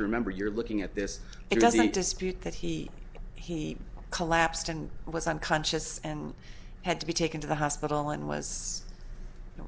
to remember you're looking at this it doesn't dispute that he he collapsed and was unconscious and had to be taken to the hospital and was